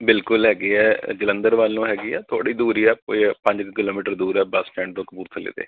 ਬਿਲਕੁਲ ਹੈਗੇ ਆ ਜਲੰਧਰ ਵੱਲ ਨੂੰ ਹੈਗੀ ਆ ਥੋੜ੍ਹੀ ਦੂਰ ਹੀ ਆ ਕੋਈ ਪੰਜ ਕੁ ਕਿਲੋਮੀਟਰ ਦੂਰ ਹੈ ਬੱਸ ਸਟੈਂਡ ਤੋਂ ਕਪੂਰਥਲੇ ਅਤੇ